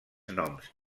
noms